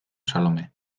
salomé